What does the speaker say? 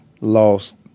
lost